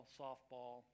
softball